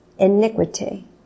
Iniquity